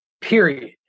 Period